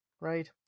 right